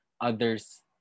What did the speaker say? others